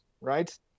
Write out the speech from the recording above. right